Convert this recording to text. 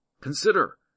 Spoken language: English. consider